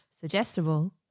suggestible